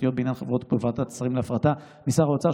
הממשלתיות בעניין חברות בוועדת השרים להפרטה משר האוצר,